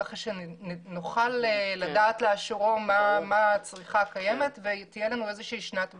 כך שנוכל לדעת לאשורה מה הצריכה הקיימת ושתהיה לנו שנת בסיס.